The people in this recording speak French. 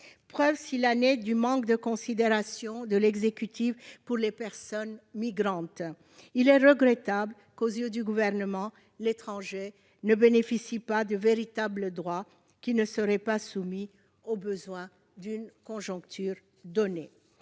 preuve s'il en est du manque de considération de l'exécutif pour les personnes migrantes. Il est regrettable que, aux yeux du Gouvernement, l'étranger ne bénéficie pas de véritables droits qui ne seraient pas soumis aux besoins d'une conjoncture donnée.